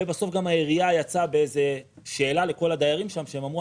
ובסוף גם העירייה יצאה בשאלה לכל הדיירים שם שאמרו,